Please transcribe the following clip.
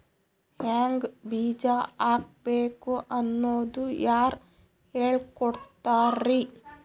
ಹಿಂಗ್ ಬೀಜ ಹಾಕ್ಬೇಕು ಅನ್ನೋದು ಯಾರ್ ಹೇಳ್ಕೊಡ್ತಾರಿ?